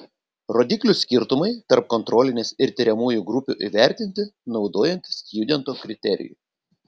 rodiklių skirtumai tarp kontrolinės ir tiriamųjų grupių įvertinti naudojant stjudento kriterijų